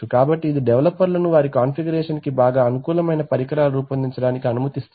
కాబట్టి ఇది డెవలపర్లను వారి కాన్ఫిగురేషన్ కి బాగా అనుకూలమైన పరికరాలను రూపొందించడానికి అనుమతిస్తుంది